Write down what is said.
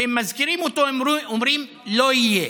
ואם הם מזכירים אותו הם אומרים: לא יהיה.